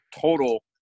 total